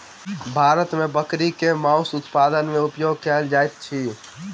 भारत मे बकरी के मौस उत्पादन मे उपयोग कयल जाइत अछि